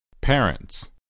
parents